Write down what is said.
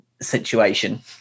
situation